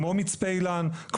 כמו מצפה אילן,